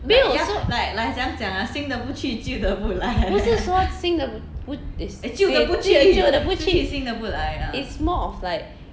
没有 so 不是说新的不 eh 旧的不去 it's more of like